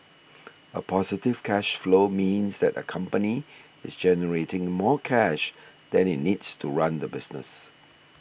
a positive cash flow means that a company is generating more cash than it needs to run the business